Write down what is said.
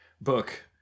book